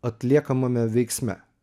atliekamame veiksme